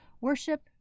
Worship